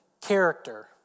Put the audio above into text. Character